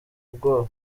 ubwoba